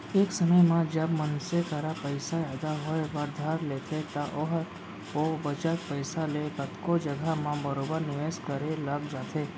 एक समे म जब मनसे करा पइसा जादा होय बर धर लेथे त ओहर ओ बचत पइसा ले कतको जघा म बरोबर निवेस करे लग जाथे